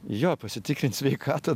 jo pasitikrint sveikatą